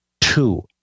Two